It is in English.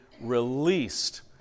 released